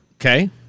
Okay